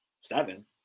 seven